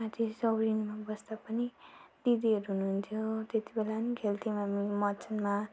माथि सौरेनीमा बस्दा पनि दिदीहरू हुनुहुन्थ्यो त्यतिबेला नि खेल्थ्यौँ हामी मचानमा